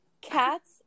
Cats